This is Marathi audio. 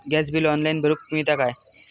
गॅस बिल ऑनलाइन भरुक मिळता काय?